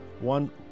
one